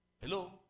Hello